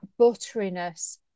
butteriness